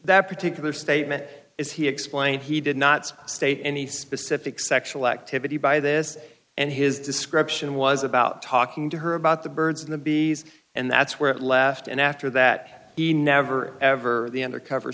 that particular statement is he explained he did not state any specific sexual activity by this and his description was about talking to her about the birds and the bees and that's where it left and after that he never ever the undercover